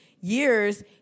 years